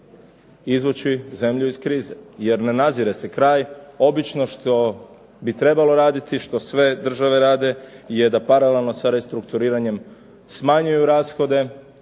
izvući zemlju iz krize jer ne nazire se kraj, obično što bi trebalo raditi, što sve države rade je da paralelno sa restrukturiranjem smanjuju rashode